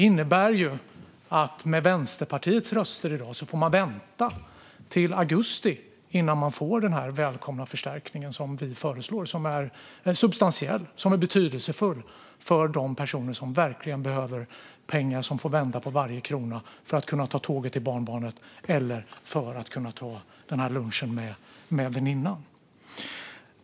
I och med Vänsterpartiets röster i dag får man vänta till augusti innan man får den välkomna förstärkning som vi föreslår, som är substantiell och som är betydelsefull för de personer som verkligen behöver pengar. Det är personer som får vända på varje krona för att kunna ta tåget till barnbarnet eller för att kunna ta den här lunchen med väninnan.